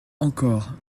encore